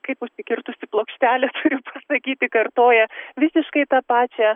kaip užsikirtusi plokštelė turiu pasakyti kartoja visiškai tą pačią